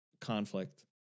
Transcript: conflict